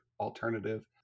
alternative